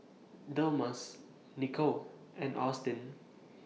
Delmas Nikko and Austyn